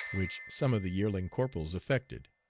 which some of the yearling corporals affected.